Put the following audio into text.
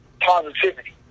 positivity